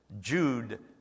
Jude